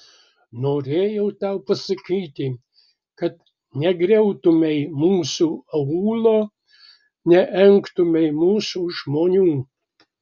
norėjau tau pasakyti kad negriautumei mūsų aūlo neengtumei mūsų žmonių